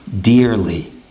dearly